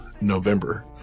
November